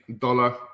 dollar